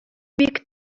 бик